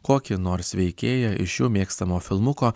kokį nors veikėją iš jų mėgstamo filmuko